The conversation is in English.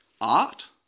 art